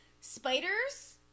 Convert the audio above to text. Spiders